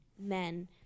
men